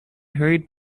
hurried